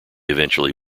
eventually